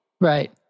Right